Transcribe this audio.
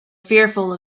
fearful